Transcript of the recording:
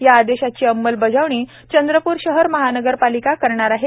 या आदेशाची अंमलबजावणी चंद्रपूर शहर महानगरपालिका करणार आहे